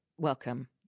welcome